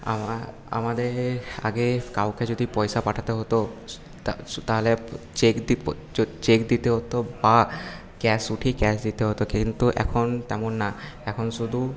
আমাদের আগে কাউকে যদি পয়সা পাঠাতে হত তাহলে চেক চেক দিতে হত বা ক্যাশ উঠিয়ে ক্যাশ দিতে হত কিন্তু এখন তেমন না এখন শুধু